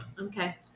okay